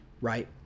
right